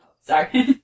Sorry